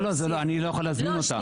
לא, לא, אני לא יכול להזמין אותה.